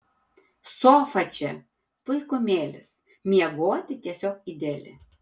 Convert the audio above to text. sofa čia puikumėlis miegoti tiesiog ideali